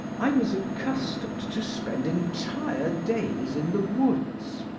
i was accustomed to spend entire days in the woods,